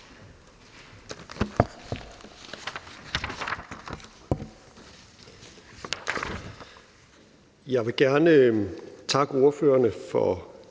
Jeg vil gerne takke ordførerne for